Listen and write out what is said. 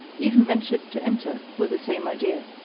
even ventured to enter, with the same idea.